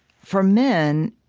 for men,